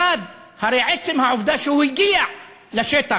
הרי עצם העובדה שהוא הגיע לשטח,